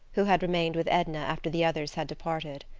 who had remained with edna after the others had departed.